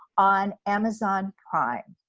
on amazon prime.